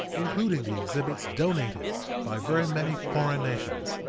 including the exhibits donated by very many foreign nations,